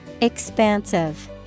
Expansive